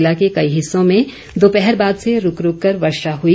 ज़िला के कई हिस्सों में दोपहर बाद से रूक रूक कर वर्षा हुई